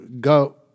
go